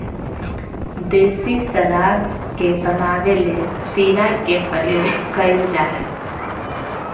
देसी शराब के बनावे ले शीरा के प्रयोग कइल जा हइ